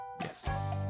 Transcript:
Yes